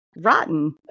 rotten